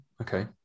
okay